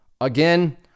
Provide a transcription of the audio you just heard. Again